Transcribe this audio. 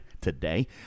today